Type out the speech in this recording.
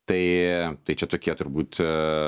tai tai čia tokie turbūt